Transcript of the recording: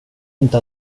inte